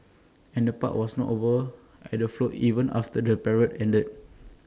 and the park was not over at the float even after the parade ended